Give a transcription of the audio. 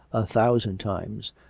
a thousand times,